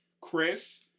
Chris